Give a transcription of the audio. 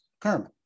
Kermit